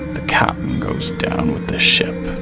the captain goes down with the ship.